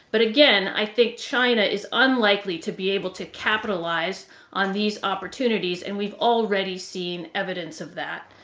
but again, i think china is unlikely to be able to capitalize on these opportunities and we've already seen evidence of that.